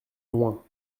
loin